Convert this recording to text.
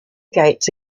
gates